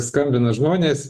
skambina žmonės